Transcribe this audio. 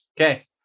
Okay